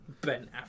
Ben